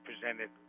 presented